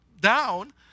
down